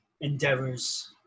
endeavors